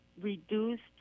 reduced